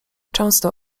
często